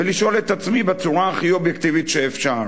ולשאול את עצמי בצורה הכי אובייקטיבית שאפשר: